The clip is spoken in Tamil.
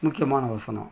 முக்கியமான வசனம்